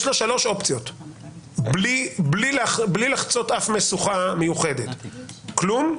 יש לו שלוש אופציות בלי לחצות אף משוכה מיוחדת: כלום,